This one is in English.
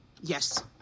Yes